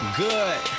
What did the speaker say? good